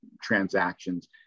transactions